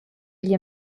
igl